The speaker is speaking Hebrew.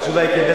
התשובה היא כן.